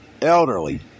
Elderly